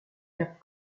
cap